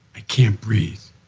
i can't breathe.